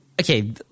okay